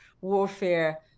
warfare